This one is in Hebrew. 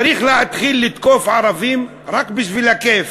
צריך להתחיל לתקוף ערבים רק בשביל הכיף.